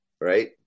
right